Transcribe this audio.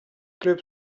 club